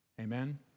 Amen